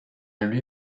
lui